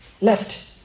left